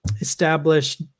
established